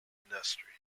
industry